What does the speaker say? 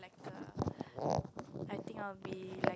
like a I think I will be like